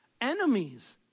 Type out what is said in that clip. Enemies